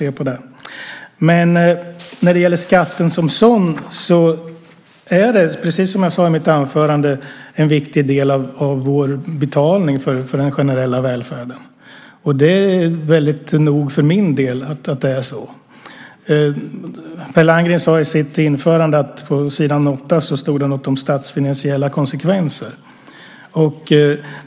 Skatten som sådan är en viktig del, precis som jag sade i mitt anförande, av vår betalning för den generella välfärden. Det är nog för min del att det är så. Per Landgren sade i sitt inledningsanförande att det på s. 8 står något om statsfinansiella konsekvenser.